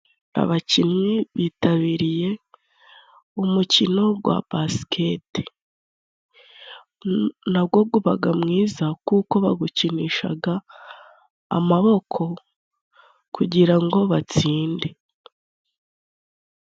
Abakinnyi bitabiriye umukino gwa basiketi，nago gubaga mwiza kuko bagukinishaga amaboko kugira batsinde.